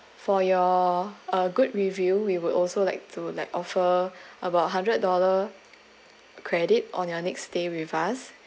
for your uh good review we would also like to like offer about hundred dollar credit on your next day with us